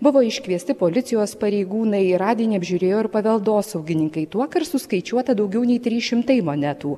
buvo iškviesti policijos pareigūnai radinį apžiūrėjo ir paveldosaugininkai tuokart suskaičiuota daugiau nei trys šimtai monetų